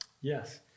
Yes